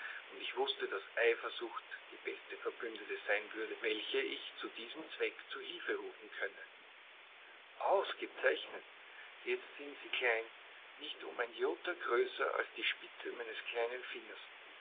und ich wußte daß eifersucht die beste verbündete sein würde welche ich zu diesem zweck zu hilfe rufen könne ausgezeichnet jetzt sind sie klein nicht um ein jota größer als die spitze meines kleinen fingers